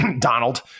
donald